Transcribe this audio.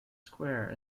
square